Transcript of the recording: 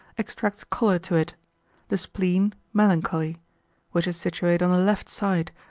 extracts choler to it the spleen, melancholy which is situate on the left side,